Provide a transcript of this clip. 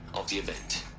of the event